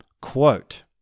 Quote